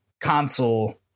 console